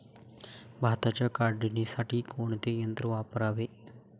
भाताच्या काढणीसाठी कोणते यंत्र वापरावे?